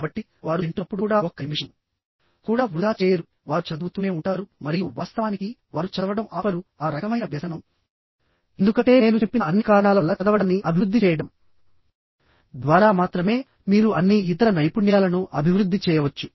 కాబట్టి వారు తింటున్నప్పుడు కూడా ఒక్క నిమిషం కూడా వృథా చేయరు వారు చదువుతూనే ఉంటారు మరియు వాస్తవానికివారు చదవడం ఆపరు ఆ రకమైన వ్యసనం మీరు అభివృద్ధి చేయాల్సిన విషయం ఎందుకంటే నేను చెప్పిన అన్ని కారణాల వల్ల చదవడాన్ని అభివృద్ధి చేయడం ద్వారా మాత్రమే మీరు అన్ని ఇతర నైపుణ్యాలను అభివృద్ధి చేయవచ్చు